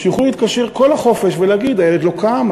שיוכלו להתקשר כל החופש ולהגיד: הילד לא קם,